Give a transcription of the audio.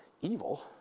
evil